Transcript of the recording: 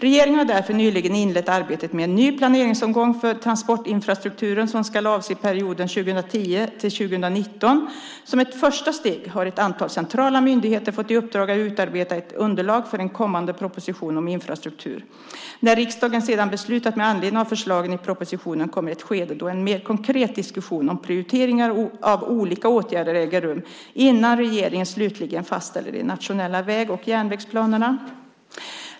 Regeringen har därför nyligen inlett arbetet med en ny planeringsomgång för transportinfrastrukturen som ska avse perioden 2010-2019. Som ett första steg har ett antal centrala myndigheter fått i uppdrag att utarbeta ett underlag för en kommande proposition om infrastruktur. När riksdagen sedan beslutat med anledning av förslagen i propositionen kommer ett skede då en mer konkret diskussion om prioritering av olika åtgärder äger rum innan regeringen slutligen fastställer de nationella väg och järnvägsplanerna.